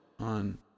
on